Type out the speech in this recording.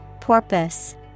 Porpoise